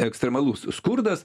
ekstremalus skurdas